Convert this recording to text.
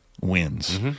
Wins